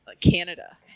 Canada